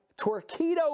Torquedo